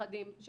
של